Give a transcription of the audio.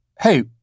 hey